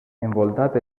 envoltat